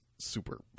super